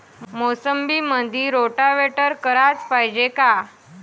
मोसंबीमंदी रोटावेटर कराच पायजे का?